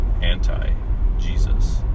anti-Jesus